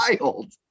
Wild